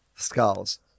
skulls